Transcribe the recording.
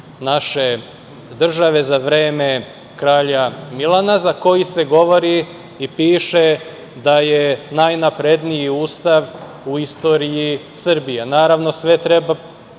naše države za vreme kralja Milana, za koji se govori i piše da je najnapredniji Ustav u istoriji Srbije. Naravno, sve treba